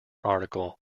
article